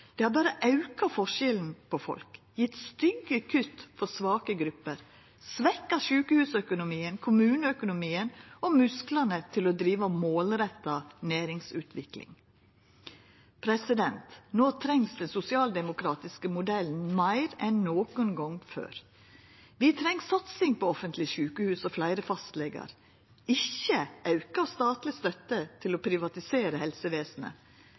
Det har berre auka forskjellen mellom folk, gjeve stygge kutt for svake grupper og svekt sjukehusøkonomien, kommuneøkonomien og musklane til å driva målretta næringsutvikling. No trengst den sosialdemokratiske modellen meir enn nokon gong før. Vi treng satsing på offentlege sjukehus og fleire fastlegar – ikkje auka statleg støtte til å privatisera helsevesenet.